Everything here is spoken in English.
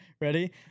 Ready